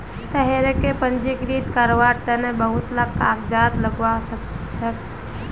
शेयरक पंजीकृत कारवार तन बहुत ला कागजात लगव्वा ह छेक